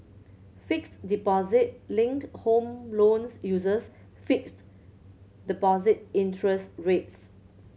fixed deposit linked home loans uses fixed deposit interest rates